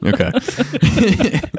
Okay